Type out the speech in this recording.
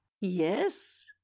yes